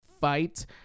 fight